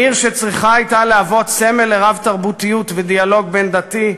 מעיר שהייתה צריכה להוות סמל לרב-תרבותיות ולדיאלוג בין-דתי,